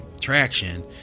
traction